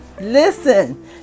Listen